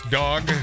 dog